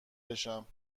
بشم